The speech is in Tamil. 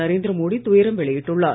நரேந்திர மோடி துயரம் வெளியிட்டுள்ளார்